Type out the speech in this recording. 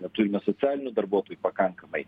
neturime socialinių darbuotojų pakankamai